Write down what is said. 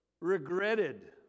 regretted